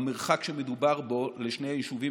המרחק שמדובר בו לשני היישובים